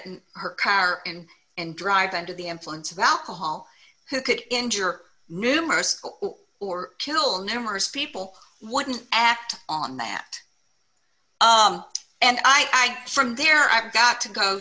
in her car and drive under the influence of alcohol who could injure numerous or kill numerous people wouldn't act on that and i guess from there i've got to go